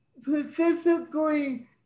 specifically